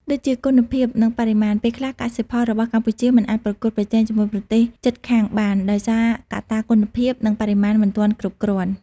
ដូចជា គុណភាព និងបរិមាណ ពេលខ្លះកសិផលរបស់កម្ពុជាមិនអាចប្រកួតប្រជែងជាមួយប្រទេសជិតខាងបាន ដោយសារកត្តាគុណភាព និងបរិមាណមិនទាន់គ្រប់គ្រាន់។